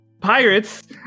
pirates